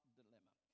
dilemma